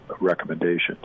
recommendations